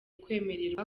kwemererwa